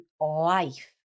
life